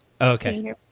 okay